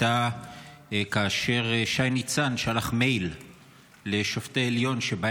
הייתה כאשר שי ניצן שלח מייל לשופטי העליון שבו